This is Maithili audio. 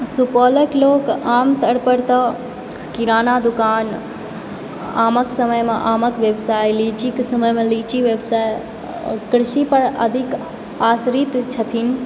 सुपौलके लोक आमतौर पर तऽ किराना दुकान आमक समयमे आमक व्यवसाय लीचीके समय मे लीची व्यवसाय कृषि पर अधिक आश्रित छथिन